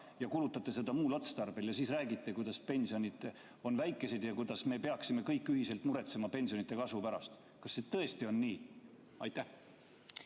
ära, kulutate seda muul otstarbel ja siis räägite, kuidas pensionid on väikesed ja kuidas me kõik peaksime ühiselt muretsema pensionide kasvu pärast. Kas see tõesti on nii? Aitäh!